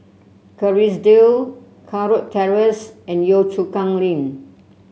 Kerrisdale Kurau Terrace and Yio Chu Kang Link